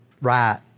right